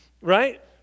right